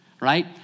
right